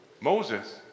Moses